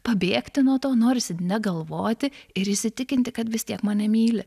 pabėgti nuo to norisi negalvoti ir įsitikinti kad vis tiek mane myli